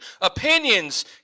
Opinions